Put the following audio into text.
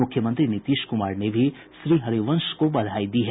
मुख्यमंत्री नीतीश कुमार ने भी श्री हरिवंश को बधाई दी है